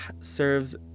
serves